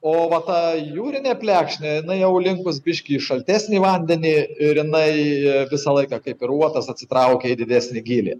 o va ta jūrinė plekšnė jinai jau linkus biški į šaltesnį vandenį ir jinai visą laiką kaip ir uotas atsitraukia į didesnį gylį